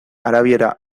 arabiera